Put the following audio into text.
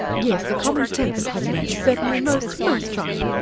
yes, the common sense of husbands is certainly most, most trying.